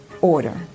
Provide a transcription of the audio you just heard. order